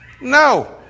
No